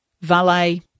Valet